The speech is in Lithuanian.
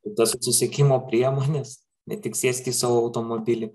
kitas susisiekimo priemonės ne tik sėsk į savo automobilį